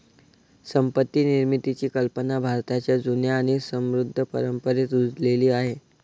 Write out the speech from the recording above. संपत्ती निर्मितीची कल्पना भारताच्या जुन्या आणि समृद्ध परंपरेत रुजलेली आहे